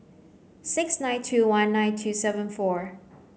six nine two one nine two seven four